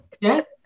Yes